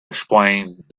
explained